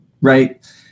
right